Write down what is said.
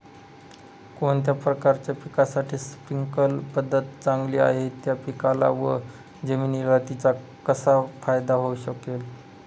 कोणत्या प्रकारच्या पिकासाठी स्प्रिंकल पद्धत चांगली आहे? त्या पिकाला व जमिनीला तिचा कसा फायदा होऊ शकेल?